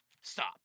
Stop